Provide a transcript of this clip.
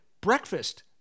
breakfast